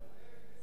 ולענייננו